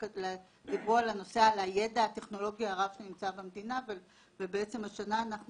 דיברו על הידע הטכנולוגי הרב שנמצא במדינה והשנה אנחנו